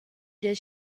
does